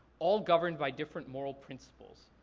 all governed by different moral principles.